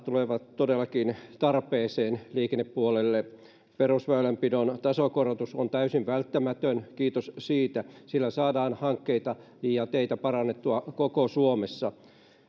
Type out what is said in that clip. tulevat todellakin tarpeeseen liikennepuolelle perusväylänpidon tasokorotus on täysin välttämätön kiitos siitä sillä saadaan hankkeita ja teitä parannettua koko suomessa